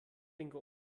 bingo